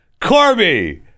Corby